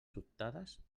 sobtades